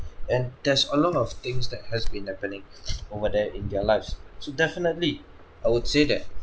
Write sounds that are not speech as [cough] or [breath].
[breath] and there's a lot of things that has been happening [noise] over there in their lives so definitely I would say that